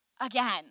again